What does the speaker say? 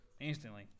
instantly